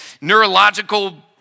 neurological